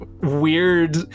weird